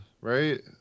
right